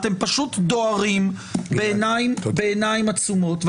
-- אתם פשוט דוהרים בעיניים עצומות.